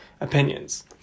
opinions